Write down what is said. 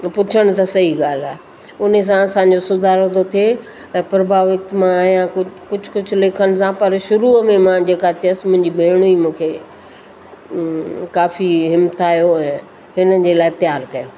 पुछणु त सही ॻाल्हि आहे उन सां असां जो सुधारो थो थिए ऐं प्रभावित मां आहियां कु कुझु कुझु लिखण सां पर शुरूअ में मां जेका थियसि मुंहिंजी भेणु ई मूंखे काफ़ी हिमथायो ऐं हिन जे लाइ तियारु कयो